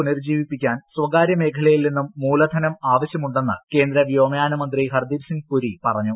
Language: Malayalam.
പുനരുജ്ജീവിപ്പിക്കാൻ സ്ഥകാര്യ മേഖലയിൽ നിന്നും മൂലധനം ആവശ്യമുണ്ടെന്ന് കേന്ദ്ര വ്യോമയാനം മിന്തി ഹർദീപ് സിംഗ് പുരി പറഞ്ഞു